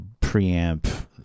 preamp